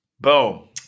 Boom